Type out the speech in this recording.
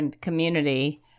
community